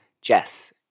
Jess